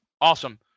Awesome